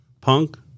Punk